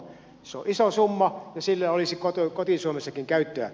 se on iso summa ja sille olisi koti suomessakin käyttöä